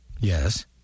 Yes